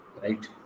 right